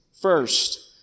first